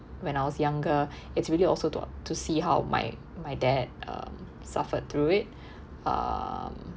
when I was younger it's really also to to see how my my dad um suffered through it um